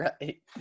right